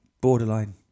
Borderline